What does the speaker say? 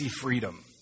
freedom